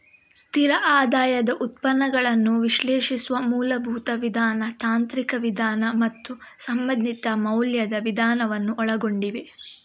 ಸ್ಥಿರ ಆದಾಯದ ಉತ್ಪನ್ನಗಳನ್ನು ವಿಶ್ಲೇಷಿಸುವ ಮೂಲಭೂತ ವಿಧಾನ, ತಾಂತ್ರಿಕ ವಿಧಾನ ಮತ್ತು ಸಂಬಂಧಿತ ಮೌಲ್ಯದ ವಿಧಾನವನ್ನು ಒಳಗೊಂಡಿವೆ